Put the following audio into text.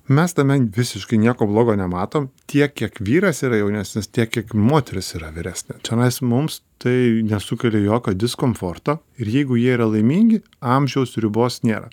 mes tame visiškai nieko blogo nematom tiek kiek vyras yra jaunesnis tiek kiek moteris yra vyresnė čia mes mums tai nesukelia jokio diskomforto ir jeigu jie yra laimingi amžiaus ribos nėra